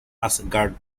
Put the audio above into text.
asgard